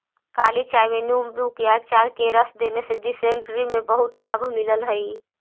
काली चाय में नींबू के अचार का रस देने से डिसेंट्री में बहुत लाभ मिलल हई